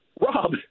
Rob